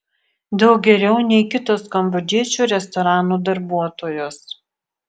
daug geriau nei kitos kambodžiečių restoranų darbuotojos